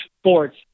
sports